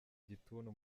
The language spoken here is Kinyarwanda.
igituntu